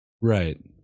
right